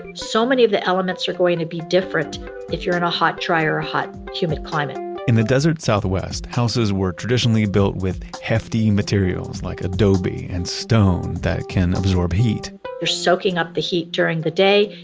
so many of the elements are going to be different if you're in a hot-dry or hot-humid climate in the desert southwest, houses were traditionally built with hefty materials like adobe and stone that can absorb heat they're soaking up the heat during the day,